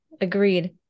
Agreed